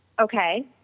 Okay